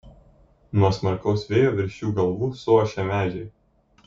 nuo smarkaus vėjo virš jų galvų suošia medžiai